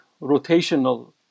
rotational